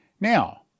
Now